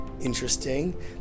interesting